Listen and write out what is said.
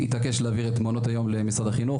התעקש להעביר את מעונות היום למשרד החינוך.